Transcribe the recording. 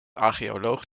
archeoloog